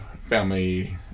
family